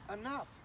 enough